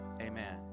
amen